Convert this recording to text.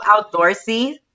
outdoorsy